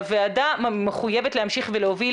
והוועדה מחויבת להמשיך ולהוביל,